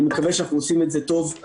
אני מקווה שאנחנו עושים את זה טוב.